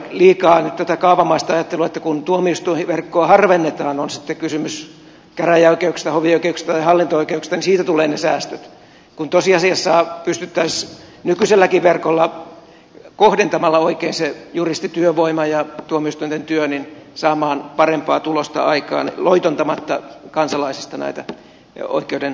liikaa on nyt tätä kaavamaista ajattelua että kun tuomioistuinverkkoa harvennetaan on sitten kysymys käräjäoikeuksista hovioikeuksista tai hallinto oikeuksista niin siitä tulevat ne säästöt kun tosiasiassa pystyttäisiin nykyiselläkin verkolla kohdentamalla oikein se juristityövoima ja tuomioistuinten työ saamaan parempaa tulosta aikaan loitontamatta kansalaisista näitä oikeudenkäyttölaitoksia